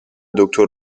دکتر